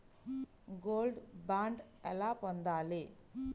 Gold bond ఎలా పొందాలి?